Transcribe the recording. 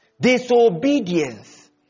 Disobedience